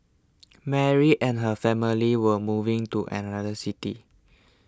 Mary and her family were moving to another city